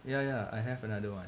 yeah yeah I have another one